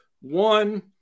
one